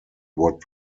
what